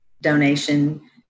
donation